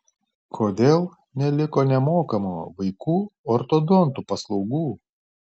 kodėl neliko nemokamų vaikų ortodontų paslaugų